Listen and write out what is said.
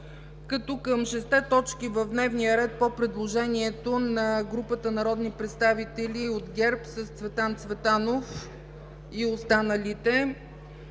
като към шестте точки от дневния ред по предложението на групата народни представители от ГЕРБ – Цветан Цветанов и останалите,